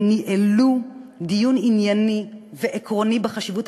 וניהלו דיון ענייני ועקרוני בחשיבות